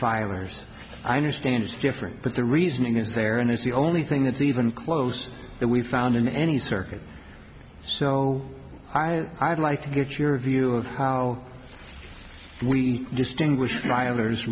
filers i understand is different but the reasoning is there and it's the only thing that's even close that we've found in any circuit so i i'd like to get your view of how we distinguish ri